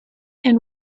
and